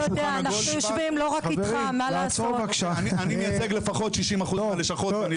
אני מייצג לפחות 60% מהלשכות.